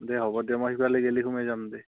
দে হ'ব দে মই সেইফালে গ'লে সোমাই যাম দে